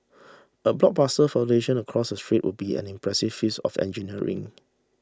a blockbuster flotation across the strait would be an impressive feats of engineering